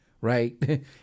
right